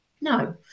No